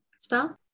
Stop